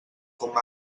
com